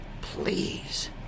Please